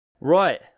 Right